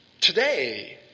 Today